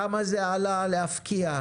כמה זה עלה להפקיע?